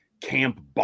camp